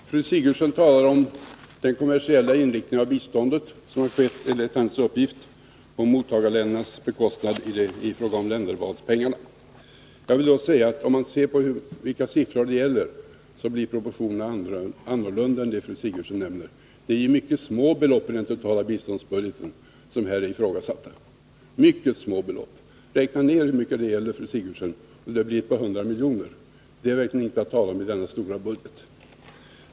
Herr talman! Fru Sigurdsen talar om den enligt hennes uppgift kommersiella inriktning som skett av det länderinriktade biståndet, på mottagarländernas bekostnad. Men om man ser på vilka siffror det gäller, finner man att proportionerna blir annorlunda än dem som fru Sigurdsen anger. Det är — jag vill understryka det — mycket små belopp i den totala biståndsbudget vilken har föreslagits. Räkna samman hur mycket det blir, fru Sigurdsen! Det blir bara ett par hundra miljoner, och det är verkligen inte mycket att tala om i denna stora budget.